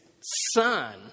son